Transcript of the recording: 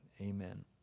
Amen